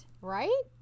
Right